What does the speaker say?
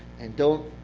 and don't